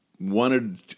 wanted